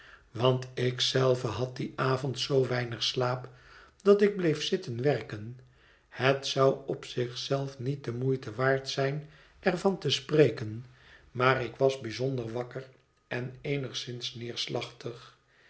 want ik zelve had dien avond zoo weinig slaap dat ik bleef zitten werken het zou op zich zelf niet de moeite waard zijn er van te spreken maar ik was bijzonder wakker en eenigszins neerslachtig